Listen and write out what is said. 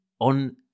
on